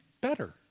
better